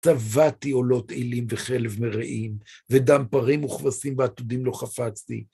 שבעתי עולות אילים וחלב מראים, ודם פרים וכבשים ועתודים לא חפצתי.